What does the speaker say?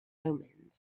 omens